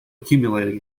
accumulating